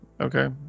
Okay